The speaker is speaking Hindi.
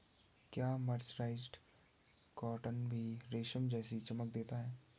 क्या मर्सराइज्ड कॉटन भी रेशम जैसी चमक देता है?